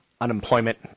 Unemployment